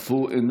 אף הוא איננו.